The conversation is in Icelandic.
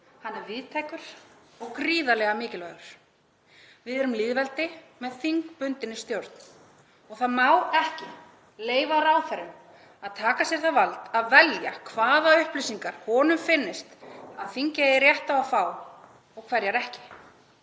hann er víðtækur og gríðarlega mikilvægur. Við erum lýðveldi með þingbundinni stjórn og það má ekki leyfa ráðherrum að taka sér það vald að velja hvaða upplýsingar þeim finnst þingið eiga rétt á að fá og hverjar ekki.